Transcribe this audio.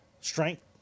strength